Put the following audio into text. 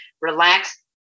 relax